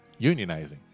unionizing